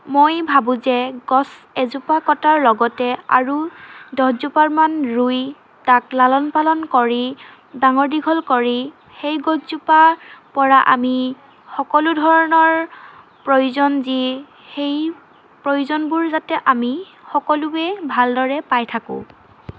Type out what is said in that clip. মই ভাবোঁ যে গছ এজোপা কটাৰ লগতে আৰু দহজোপামান ৰুই তাক লালন পালন কৰি ডাঙৰ দীঘল কৰি সেই গছজোপাৰ পৰা আমি সকলো ধৰণৰ প্ৰয়োজন যি সেই প্ৰয়োজনবোৰ যাতে আমি সকলোৱে ভালদৰে পাই থাকোঁ